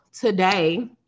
today